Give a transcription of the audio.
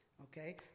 Okay